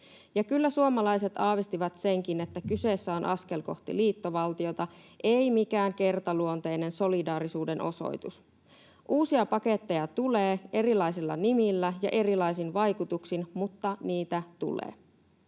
kyllä suomalaiset aavistivat senkin, että kyseessä on askel kohti liittovaltiota, ei mikään ”kertaluonteinen solidaarisuuden osoitus”. Uusia paketteja tulee — erilaisilla nimillä ja erilaisin vaikutuksin, mutta niitä tulee.